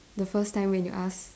the first time when you ask